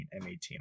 M18